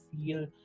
feel